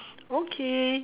okay